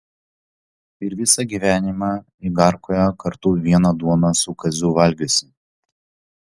ir visą gyvenimą igarkoje kartu vieną duoną su kaziu valgiusi